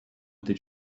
did